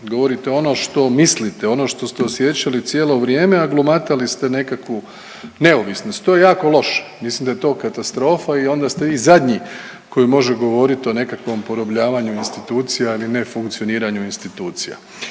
govorite ono što mislite, ono što ste osjećali cijelo vrijeme, a glumatali ste nekakvu neovisnost. To je jako loše, mislim da je to katastrofa i onda ste vi zadnji koji može govoriti o nekakvom porobljavanju institucija ili ne funkcioniranju institucija.